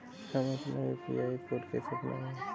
हम अपना UPI code कैसे बनाएँ?